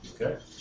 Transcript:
Okay